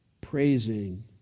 praising